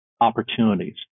opportunities